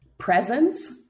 Presence